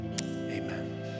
Amen